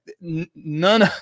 none